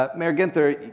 ah mayor ginther,